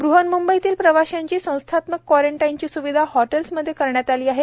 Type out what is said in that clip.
ब्रहन्म्बईतील प्रवाशांची संस्थात्मक क्वारंटाईनची स्विधा हॉटेल्समध्ये करण्यात आली आहे